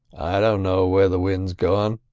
i don't know where the wind's gone,